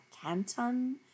Canton